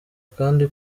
kandi